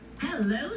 hello